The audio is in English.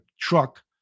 truck